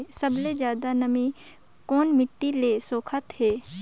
सबले ज्यादा नमी कोन मिट्टी ल सोखत हे?